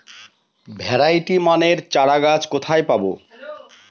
Variety মানের চারাগাছ কোথায় পাবো?